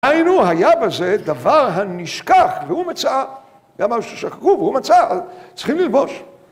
היינו, היה בזה דבר הנשכח, והוא מצאה, הוא אמר ששכחו והוא מצא, אז צריכים ללבוש.